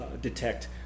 detect